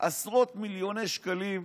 עשרות מיליוני שקלים,